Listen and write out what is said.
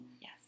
Yes